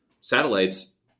Satellites